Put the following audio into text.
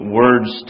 words